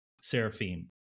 seraphim